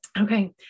Okay